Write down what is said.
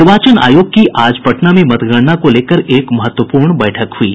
निर्वाचन आयोग की आज पटना में मतगणना को लेकर एक महत्वपूर्ण बैठक हुयी